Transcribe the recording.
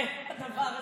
זה, הדבר הזה.